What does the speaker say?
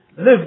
Live